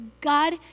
God